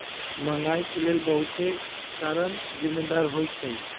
महंगाई के लेल बहुते कारन जिम्मेदार होइ छइ